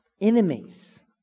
enemies